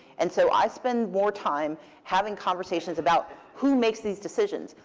and so i spend more time having conversations about who makes these decisions.